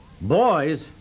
Boys